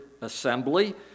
assembly